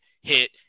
hit